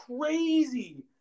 crazy